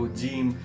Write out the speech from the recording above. gym